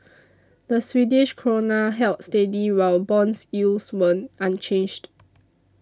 the Swedish Krona held steady while bonds yields were unchanged